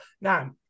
now